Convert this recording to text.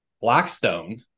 Blackstone